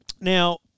Now